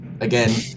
again